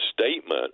statement